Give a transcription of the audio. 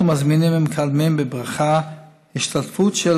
אנחנו מזמינים ומקדמים בברכה השתתפות של